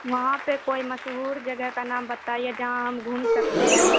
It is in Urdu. وہاں پہ کوئی مسہور جگہ کا نام بتائیے جہاں ہم گھوم سکتے ہیں